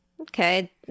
Okay